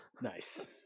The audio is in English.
nice